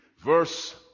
verse